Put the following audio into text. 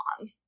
on